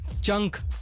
chunk